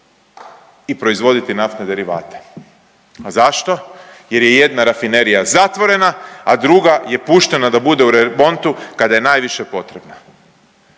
i proizvoditi naftne derivate. A zašto? Jer je jedna rafinerija zatvorena, a druga je puštena da bude u remontu kada je najviše potrebno.